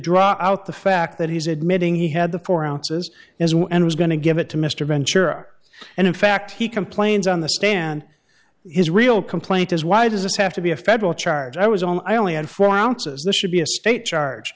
draw out the fact that he's admitting he had the four ounces and was going to give it to mr ventura and in fact he complains on the stand his real complaint is why does this have to be a federal charge i was on i only had four ounces this should be a state charge